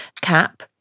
cap